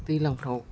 दैज्लांफ्राव